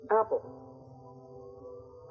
Apple